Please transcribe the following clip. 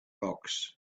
rocks